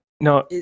no